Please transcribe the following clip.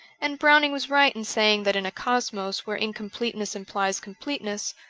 and browning was right in saying that in a cosmos where incompleteness implies com pleteness,